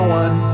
one